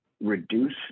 reduce